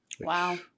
Wow